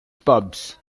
pubs